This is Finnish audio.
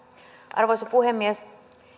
arvoisa puhemies